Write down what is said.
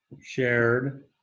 shared